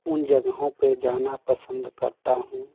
उन जगहों पे जाना पसंद करता हूँ